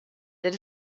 that